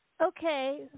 Okay